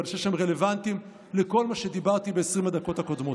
ואני חושב שהם רלוונטיים לכל מה שדיברתי ב-20 הדקות הקודמות: